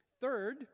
Third